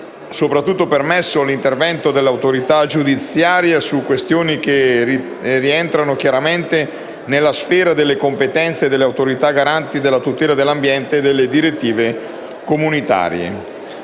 soprattutto permesso l'intervento dell'autorità giudiziaria su questioni che rientrano chiaramente nella sfera delle competenze delle autorità garanti della tutela dell'ambiente e delle direttive comunitarie.